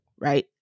right